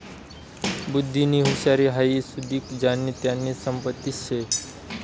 बुध्दीनी हुशारी हाई सुदीक ज्यानी त्यानी संपत्तीच शे